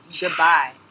Goodbye